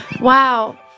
wow